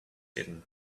hidden